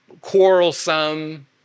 quarrelsome